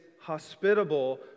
hospitable